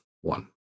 one